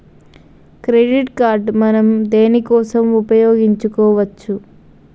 Credit card మనం దేనికోసం ఉపయోగించుకోవచ్చు?